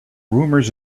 rumors